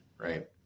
Right